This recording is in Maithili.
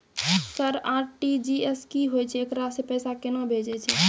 सर आर.टी.जी.एस की होय छै, एकरा से पैसा केना भेजै छै?